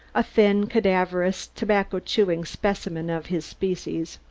a thin, cadaverous, tobacco-chewing specimen of his species.